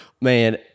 man